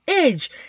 age